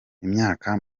imyaka